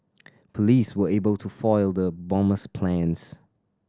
police were able to foil the bomber's plans